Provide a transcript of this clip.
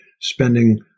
spending